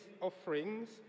offerings